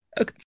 Okay